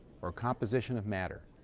or composition of matter.